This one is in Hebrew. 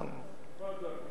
תפאדל.